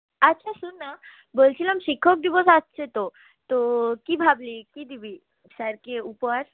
আচ্ছা শোননা বলছিলাম শিক্ষক দিবস আসছে তো তো কি ভাবলি কি দিবি স্যারকে উপহার